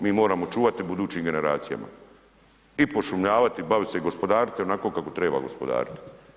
Mi moramo čuvati budućim generacijama i pošumljavati i baviti se, gospodariti onako kako treba gospodariti.